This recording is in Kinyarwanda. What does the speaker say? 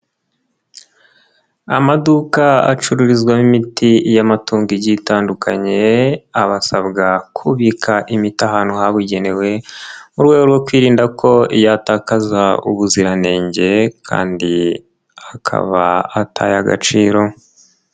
Amaduka acururizwamo imiti y'amatungo igiye itandukanye, abasabwa kubika imiti ahantu habugenewe, mu rwego rwo kwirinda ko yatakaza ubuziranenge kandi akaba ataye agaciro.